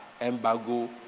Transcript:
embargo